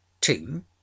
Two